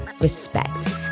respect